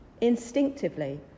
Instinctively